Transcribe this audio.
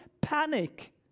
panic